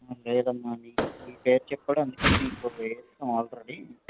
ఆ లేదమ్మా మీ పేరు చెప్పాడు అందుకే మీకు వేశాం ఆల్రెడీ